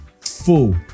full